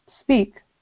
Speak